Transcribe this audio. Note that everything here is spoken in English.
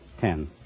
Ten